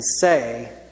say